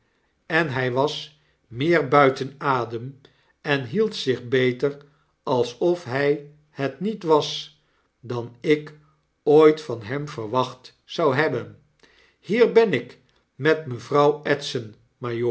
en h j was meer buiten adem en hield zich beter alof htf het niet was dan ik ooit van hem verwacht zou hebben hier ben ik met mevrouw edson